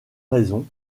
raison